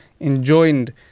enjoined